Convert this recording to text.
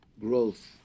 growth